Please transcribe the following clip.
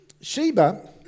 Sheba